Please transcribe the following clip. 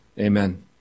Amen